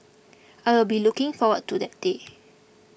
I will be looking forward to that day